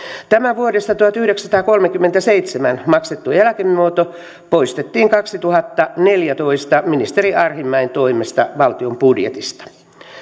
tämä vuodesta tuhatyhdeksänsataakolmekymmentäseitsemän maksettu eläkemuoto poistettiin kaksituhattaneljätoista ministeri arhinmäen toimesta valtion budjetista